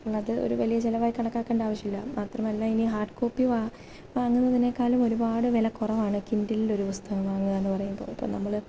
അപ്പോൾ അത് ഒരു വലിയ ചിലവായി കണക്കാക്കേണ്ട ആവശ്യമില്ല മാത്രമല്ല ഇനി ഹാർഡ് കോപ്പി വാ വാങ്ങുന്നതിനേക്കാളും ഒരുപാട് വില കുറവാണ് കിൻഡിലിൽ ഒരു പുസ്തകം വാങ്ങുക എന്ന് പറയുമ്പോൾ അപ്പോൾ നമ്മൾ